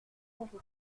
mérite